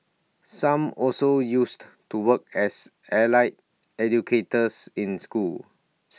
some also used to work as allied educators in schools